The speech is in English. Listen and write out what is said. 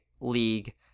league